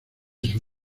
sus